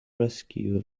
rescue